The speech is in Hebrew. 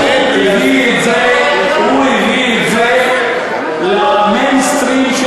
הוא הביא את זה ל"מיינסטרים" של